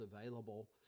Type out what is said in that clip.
available